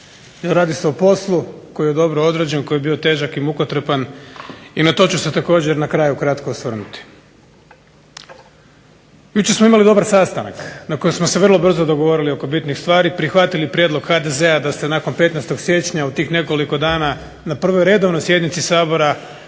Radi se o poslu koji je dobro odrađen, koji je bio težak i mukotrpan i na to ću se također na kraju kratko osvrnuti. Jučer smo imali dobar sastanak na kojem smo se vrlo brzo dogovorili oko bitnih stvari, prihvatili prijedlog HDZ-a da se nakon 15. siječnja u tih nekoliko dana na prvoj redovnoj sjednici Sabora